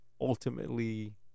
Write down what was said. ultimately